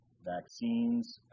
vaccines